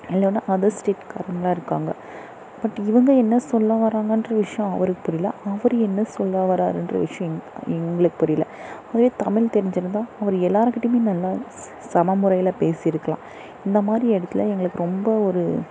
இல்லைன்னா other state காரங்களாக இருக்காங்க பட் இவங்க என்ன சொல்ல வராங்கன்ற விஷயம் அவருக்கு புரியலை அவர் என்ன சொல்ல வராருன்ற விஷயம் எங் எங்களுக்கு புரியலை அதுவே தமிழ் தெரிஞ்சிருந்தால் அவர் எல்லோர்கிட்டையுமே நல்லா ஸ் சமமுறையில் பேசியிருக்குலாம் இந்தமாதிரி இடத்துல எங்களுக்கு ரொம்ப ஒரு